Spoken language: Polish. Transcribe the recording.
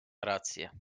rację